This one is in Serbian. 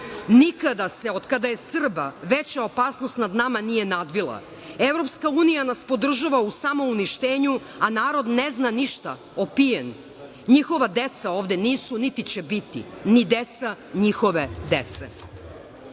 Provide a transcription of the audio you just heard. Nikada se, od kada je Srba, veća opasnost nije nad nama nadvila. Evropska unija nas podržava u samouništenju, a narod ne zna ništa, opijen. Njihova deca ovde nisu niti će biti, ni deca njihove dece. Znam